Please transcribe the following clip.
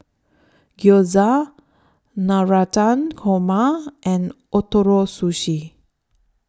Gyoza Navratan Korma and Ootoro Sushi